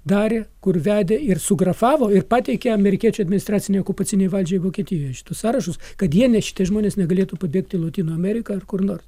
darė kur vedė ir sugrafavo ir pateikė amerikiečių administracinei okupacinei valdžiai vokietijoj šituos sąrašus kad jie ne šiti žmonės negalėtų pabėgti į lotynų ameriką ar kur nors